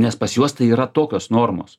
nes pas juos tai yra tokios normos